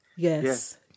Yes